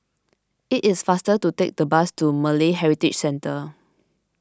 it is faster to take the bus to Malay Heritage Centre